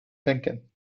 thinking